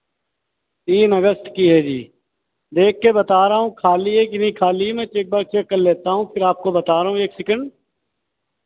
तीन अगस्त की है जी देख के बता रहा हूँ खाली है कि नहीं खाली है मैं एक बार चेक कर लेता हूँ फिर आपको बता रहा हूँ एक सेकेंड